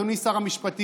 אדוני שר המשפטים,